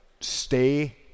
stay